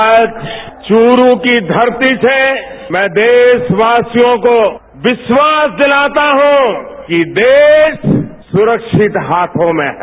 आज चुरू की धरती से मैं देशवासियों को विश्वास दिलाता हूं कि देश सुरक्षित हाथों में हैं